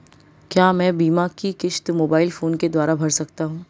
क्या मैं बीमा की किश्त मोबाइल फोन के द्वारा भर सकता हूं?